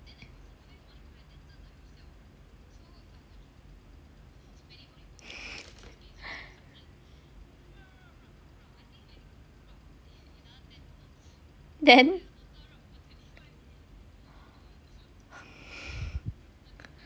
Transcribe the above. then